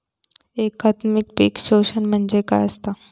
एकात्मिक पीक पोषण म्हणजे काय असतां?